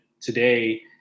today